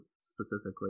specifically